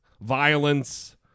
violence